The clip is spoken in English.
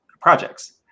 projects